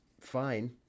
fine